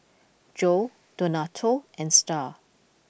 Jo Donato and Star